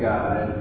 God